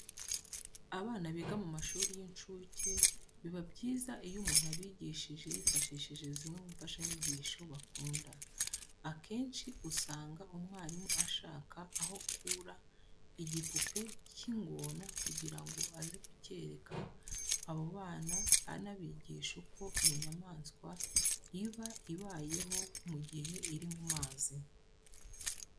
Abana biga mu mashuri y'incuke biba byiza iyo umuntu abigishije yifashishije zimwe mu mfashanyigisho bakunda. Akenshi usanga umwarimu ashaka aho akura igipupe cy'ingona kugira ngo aze kucyereka abo bana anabigisha uko iyo nyamaswa iba ibayeho mu gihe iri mu mazi.